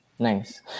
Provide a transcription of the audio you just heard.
Nice